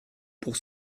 pour